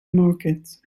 market